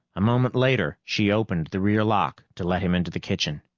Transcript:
a moment later she opened the rear lock to let him into the kitchen.